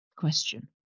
question